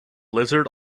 lizard